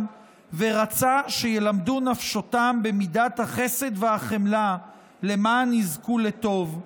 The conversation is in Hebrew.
ורצה שילמדו נפשותם במידת החסד והחמלה למען יזכו לטוב".